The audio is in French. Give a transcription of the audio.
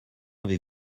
avez